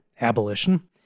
abolition